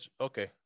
Okay